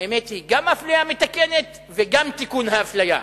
האמת היא, גם אפליה מתקנת וגם תיקון האפליה.